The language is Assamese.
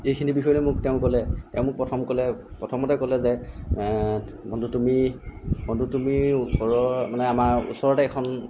এইখিনি বিষয় লৈ মোক তেওঁ ক'লে তেওঁ মোক প্ৰথম ক'লে প্ৰথমতে ক'লে যে বন্ধু তুমি বন্ধু তুমি ওচৰৰ মানে আমাৰ ওচৰতে এখন